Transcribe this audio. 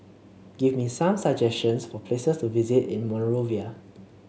give me some suggestions for places to visit in Monrovia